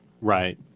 Right